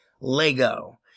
Lego